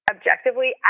objectively